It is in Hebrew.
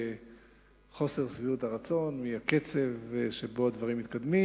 חוסר שביעות רצון מהקצב שבו הדברים מתקדמים,